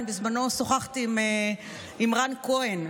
אני בזמנו שוחחתי עם רן כהן,